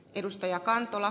arvoisa puhemies